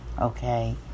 okay